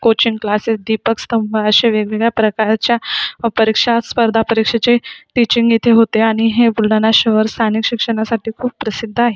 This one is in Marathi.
कोचिंग क्लासेस दीपक स्तंभ असे वेगवेगळ्या प्रकारच्या परीक्षा स्पर्धा परीक्षेचे टीचिंग येथे होते आणि हे बुलढाणा शहर स्थानिक शिक्षणासाटी खूप प्रसिद्ध आहे